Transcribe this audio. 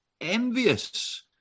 envious